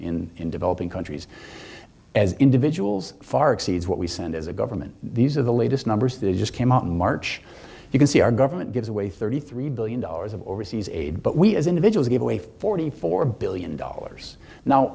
people in developing countries as individuals far exceeds what we send as a government these are the latest numbers that just came out in march you can see our government gives away thirty three billion dollars of overseas aid but we as individuals give away forty four billion dollars now